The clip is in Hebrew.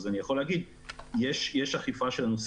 אני יכול להגיד שיש אכיפה של הנושא